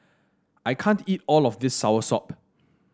I can't eat all of this soursop